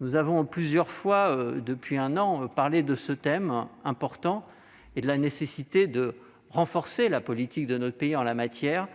Nous avons plusieurs fois, depuis un an, évoqué ce thème majeur et la nécessité de renforcer la politique de notre pays en la matière